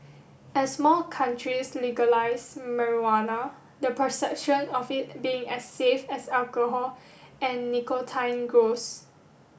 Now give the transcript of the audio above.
as more countries legalise marijuana the perception of it being as safe as alcohol and nicotine grows